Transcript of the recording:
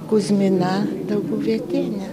kuzmina dauguvietienė